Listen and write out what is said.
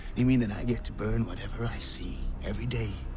they mean that i get to burn whatever i see. every day.